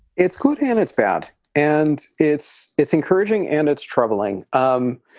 it's good and it's bad and it's it's encouraging and it's troubling i'm